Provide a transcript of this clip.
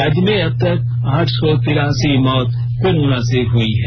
राज्य मे अबतक आठ सौ तिरासी मौत कोरोना से हुई हैं